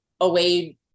away